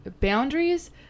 boundaries